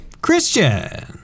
Christian